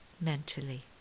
mentally